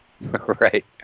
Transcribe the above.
Right